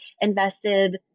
invested